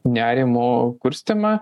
nerimo kurstymą